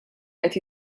qed